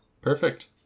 Perfect